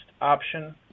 option